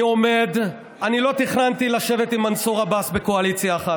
לא תכננתי לשבת עם מנסור עבאס בקואליציה אחת,